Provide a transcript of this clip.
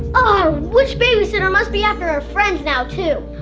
ah witch babysitter must be after our friends now too.